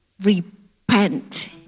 repent